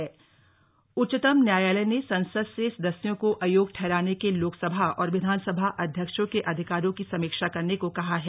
उच्चतम न्यायालय उच्चतम न्यातयालय ने संसद से सदस्यों को अयोग्य ठहराने के लोकसभा और विधानसभा अध्यक्षों के अधिकारों की समीक्षा करने को कहा है